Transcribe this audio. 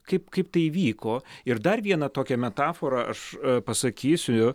kaip kaip tai įvyko ir dar vieną tokią metaforą aš pasakysiu